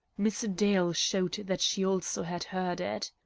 miss dale showed that she also had heard it.